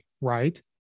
right